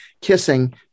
kissing